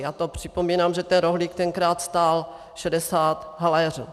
A to připomínám, že ten rohlík tenkrát stál 60 haléřů.